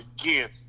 again